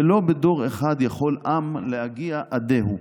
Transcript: ולא בדור אחד יכול עם להגיע עדיהו.